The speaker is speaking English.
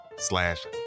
Slash